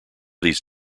these